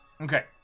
Okay